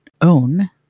own